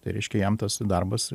tai reiškia jam tas darbas